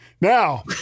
Now